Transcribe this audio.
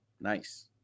Nice